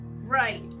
Right